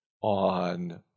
on